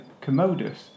commodus